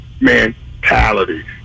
mentality